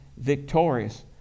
Victorious